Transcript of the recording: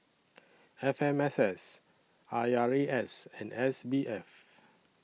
F M S S I R A S and S B F